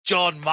John